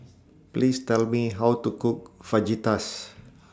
Please Tell Me How to Cook Fajitas